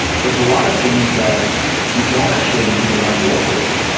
there're a lot of things that you don't actually need to run locally,